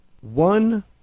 One